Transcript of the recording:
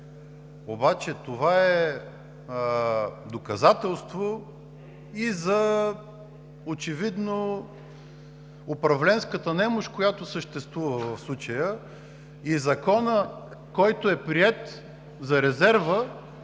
обаче е доказателство и за очевидно управленската немощ, която съществува в случая, и Законът за резерва,